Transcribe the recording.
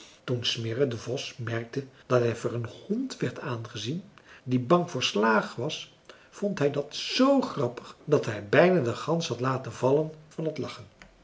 toen smirre de vos merkte dat hij voor een hond werd aangezien die bang voor slaag was vond hij dat zoo grappig dat hij bijna de gans had laten vallen van t lachen